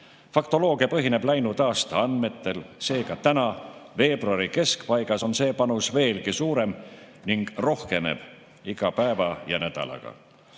Faktoloogia põhineb läinud aasta andmetel, seega täna, veebruari keskpaigas on see panus veelgi suurem ning rohkeneb iga päeva ja nädalaga.